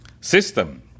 system